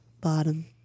Bottom